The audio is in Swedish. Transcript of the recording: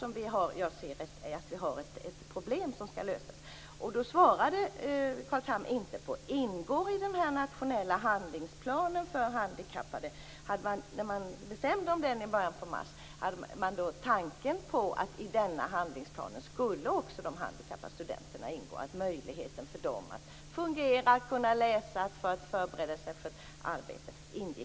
Det är där som jag ser att vi har ett problem som skall lösas. Carl Tham svarade inte på om man, när man i början på mars beslutade om den nationella handlingsplanen för handikappade, hade någon tanke på att de handikappade studenternas möjlighet att läsa och förbereda sig för ett arbete skulle ingå.